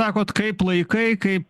sakot kaip laikai kaip